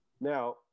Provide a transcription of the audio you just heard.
Now